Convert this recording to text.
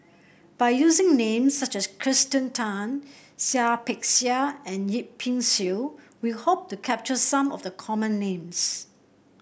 by using names such as Kirsten Tan Seah Peck Seah and Yip Pin Xiu we hope to capture some of the common names